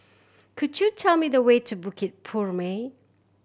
could you tell me the way to Bukit Purmei